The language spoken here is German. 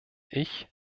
ich